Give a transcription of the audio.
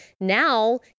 Now